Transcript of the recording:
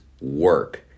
work